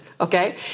okay